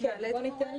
אני רוצה לשמוע